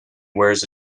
wears